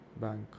Bank